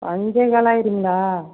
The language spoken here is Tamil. அஞ்சேகால் ஆகிடுங்களா